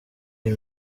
iyi